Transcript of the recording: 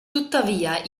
tuttavia